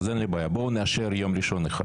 אז אין לי בעיה בואו נאשר יום ראשון אחד